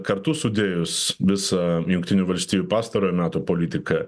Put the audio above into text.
kartu sudėjus visą jungtinių valstijų pastarojo meto politiką